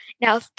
Now